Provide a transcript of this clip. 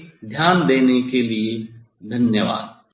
आपके ध्यान देने के लिए धन्यवाद